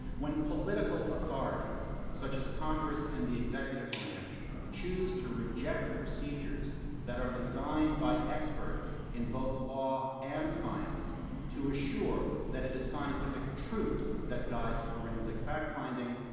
when political authorities such as congress and the executive branch choose to reject procedures that are designed by experts in both law and science to assure that it is scientific truth that guides forensic fact finding,